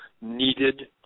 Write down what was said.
needed